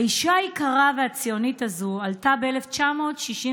האישה היקרה והציונית הזאת עלתה ב-1962